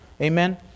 Amen